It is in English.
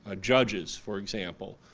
ah judges, for example.